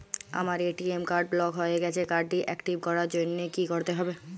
আমার ATM card block হয়ে গেছে কার্ড টি একটিভ করার জন্যে কি করতে হবে?